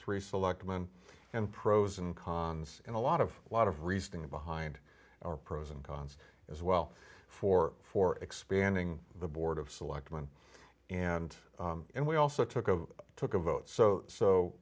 three selectmen and pros and cons and a lot of a lot of reasoning behind our pros and cons as well for for expanding the board of selectmen and and we also took a took a vote so so